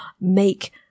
make